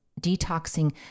detoxing